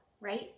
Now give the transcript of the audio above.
right